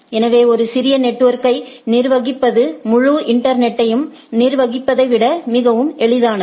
எனவே ஒரு சிறிய நெட்வொர்க்கை நிர்வகிப்பது முழு இன்டர்நெட்யையும் நிர்வகிப்பதை விட மிகவும் எளிதானது